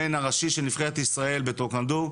המאמן הראשי של נבחרת ישראל בטקוונדו,